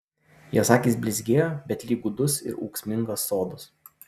jos akys blizgėjo bet lyg gūdus ir ūksmingas sodas